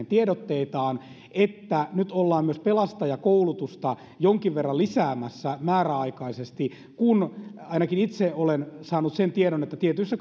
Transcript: tiedotteitaan että nyt ollaan myös pelastajakoulutusta jonkin verran lisäämässä määräaikaisesti ainakin itse olen saanut sen tiedon että tietyissä